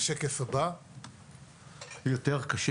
יותר קשה?